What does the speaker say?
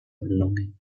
longing